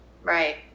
Right